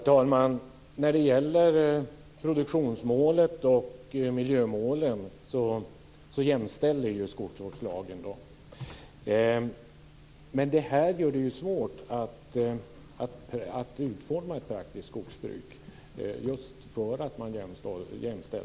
Herr talman! Skogsvårdslagen jämställer ju produktionsmålet och miljömålen. Men det gör det svårt att utforma ett praktiskt skogsbruk just för att man jämställer målen.